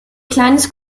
kleines